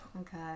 Okay